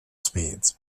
speeds